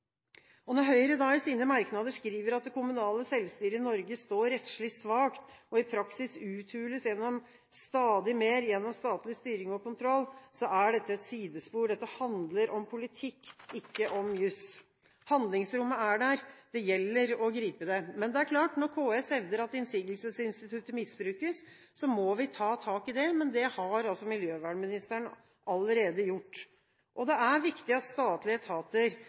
kommuneplanen. Når Høyre i sine merknader skriver at det kommunale selvstyret i Norge står rettslig svakt, og i praksis uthules stadig mer gjennom statlig styring og kontroll, er det et sidespor. Dette handler om politikk, ikke om jus. Handlingsrommet er der, det gjelder å gripe det. Men det er klart, når KS hevder at innsigelsesinstituttet misbrukes, må vi ta tak i det – men det har altså miljøvernministeren allerede gjort. Det er viktig at statlige etater